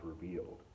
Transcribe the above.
revealed